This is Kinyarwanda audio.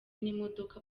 n’imodoka